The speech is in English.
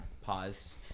Pause